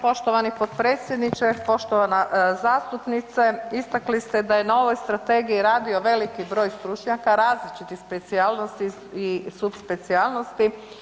Poštovani potpredsjedniče, poštovana zastupnice istakli ste da je na ovoj strategiji radio veliki broj stručnjaka različitih specijalnosti i subspecijalnosti.